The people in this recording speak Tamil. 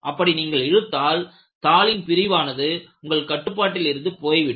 அப்படி நீங்கள் இழுத்தால் தாளின் பிரிவானது உங்கள் கட்டுப்பாட்டில் இருந்து போய்விடும்